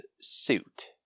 suit